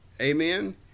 Amen